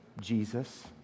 Jesus